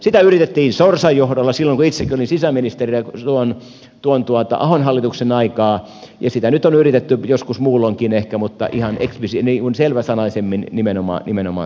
sitä yritettiin sorsan johdolla silloin kun itsekin olin sisäministerinä ahon hallituksen aikaan ja sitä nyt on yritetty joskus muulloinkin ehkä mutta selväsanaisimmin nimenomaan silloin